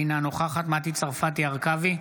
אינה נוכחת מטי צרפתי הרכבי,